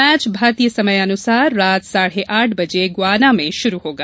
match भारतीय समय अनुसार रात साढ़े आठ बजे गयाना में शुरू होगा